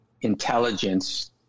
intelligence